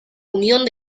unión